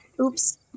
Oops